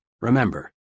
Remember